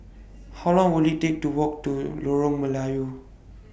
How Long Will IT Take to Walk to Lorong Melayu